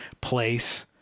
place